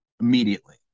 immediately